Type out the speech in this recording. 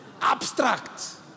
Abstract